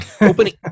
opening